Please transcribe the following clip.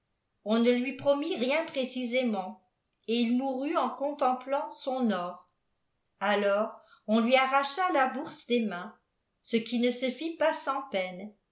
on ne lui promit rien précisément et il mourut en contemplant son or alors on lui arracha la bour des mains ce qui ne se fit pas sans peine